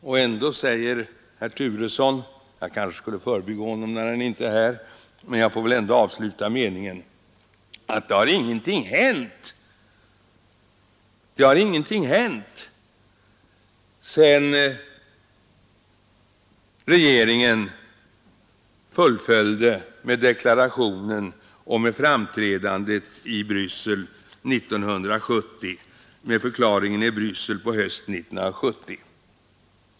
Och ändå säger herr Turesson — jag kanske borde förbigå honom, eftersom han inte är här, men jag får väl ändå avsluta meningen — att ingenting har hänt sedan regeringens deklaration och förklaringen i Bryssel på hösten 1970.